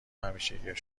همیشگی